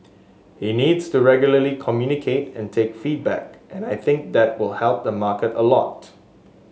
he needs to regularly communicate and take feedback and I think that will help the market a lot